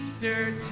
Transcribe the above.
dirt